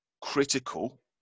critical